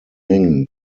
mengen